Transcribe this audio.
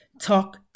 Talk